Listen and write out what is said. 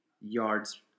yards